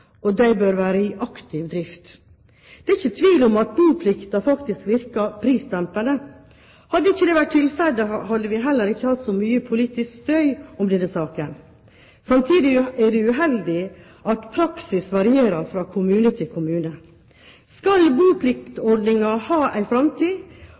og de bør være i aktiv drift. Det er ikke tvil om at boplikten faktisk virker prisdempende. Hadde ikke det vært tilfellet, hadde det vel heller ikke vært så mye politisk støy om denne saken. Samtidig er det uheldig at praksis varierer fra kommune til kommune. Skal